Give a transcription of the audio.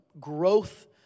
growth